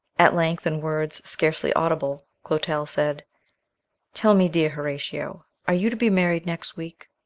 at length, in words scarcely audible, clotel said tell me, dear horatio, are you to be married next week?